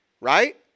right